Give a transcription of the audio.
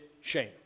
shame